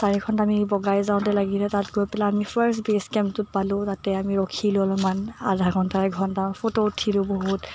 চাৰি ঘণ্টা আমি বগাই যাওঁতে লাগিলে তাত গৈ পেলাই আমি ফাৰ্ষ্ট ৰেষ্ট কেম্পটো পালোঁ তাতে আমি ৰখিলোঁ অলপমান আধা ঘণ্টা এক ঘণ্টা ফটো উঠিলোঁ বহুত